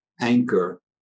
anchor